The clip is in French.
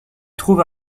trouve